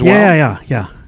yeah, yeah. yeah.